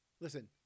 listen